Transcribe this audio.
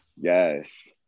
yes